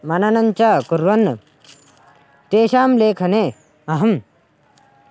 मननञ्च कुर्वन् तेषां लेखने अहं